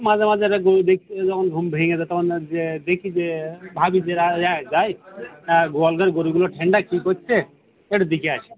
মাঝে মাঝে একটা গোরু দেখতে এ যখন ঘুম ভেঙে যায় তখন যেয়ে দেখি যে ভাবি যে রা যাই গোয়াল ঘরে গোরুগুলো ঠান্ডায় কী করছে একটু দেখে আসি